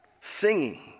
singing